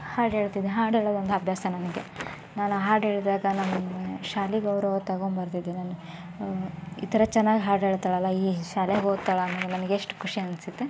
ಹಾಡು ಹೇಳ್ತಿದ್ದೆ ಹಾಡು ಹೇಳೋದೊಂದು ಅಭ್ಯಾಸ ನನಗೆ ನಾನು ಹಾಡು ಹೇಳಿದಾಗ ನಾನು ಶಾಲೆ ಗೌರವ ತೊಗೊಂಡ್ಬರ್ತಿದ್ದೆ ನಾನು ಈ ಥರ ಚೆನ್ನಾಗಿ ಹಾಡು ಹೇಳ್ತಾಳಲ್ಲ ಈ ಶಾಲೆಗೆ ಓದ್ತಾಳಲ್ಲ ಅಂದಾಗ ನನಗೆಷ್ಟು ಖುಷಿ ಅನಿಸುತ್ತೆ